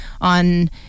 on